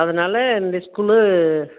அதனால் இந்த ஸ்கூலு